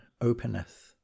openeth